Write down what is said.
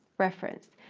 reference.